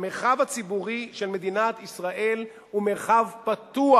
המרחב הציבורי של מדינת ישראל הוא מרחב פתוח,